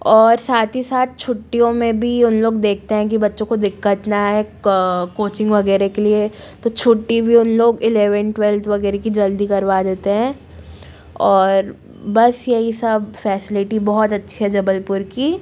और साथ ही साथ छुट्टियों में भी उन लोग देखते हैं कि बच्चों को दिक्कत न आए कोचिंग वगैरह के लिए तो छुट्टी भी उन लोग इलेवेन टवेल्थ वगैरह की जल्दी करवा देते हैं और बस यही सब फैसेलिटी बहुत अच्छी है जबलपुर की